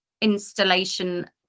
installation